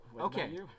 okay